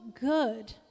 good